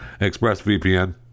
ExpressVPN